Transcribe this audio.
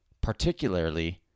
particularly